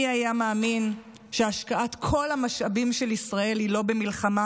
מי היה מאמין שהשקעת כל המשאבים של ישראל היא לא במלחמה,